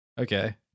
Okay